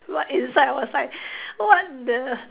what inside outside what the